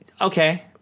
okay